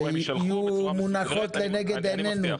שיהיו מונחות לנגד עינינו,